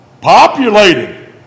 Populated